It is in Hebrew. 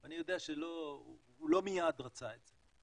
אני יודע שלא מיד הוא רצה את זה.